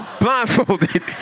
Blindfolded